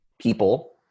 people